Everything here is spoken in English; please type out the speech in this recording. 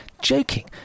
joking